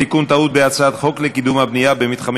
תיקון טעות בהצעת חוק לקידום הבנייה במתחמים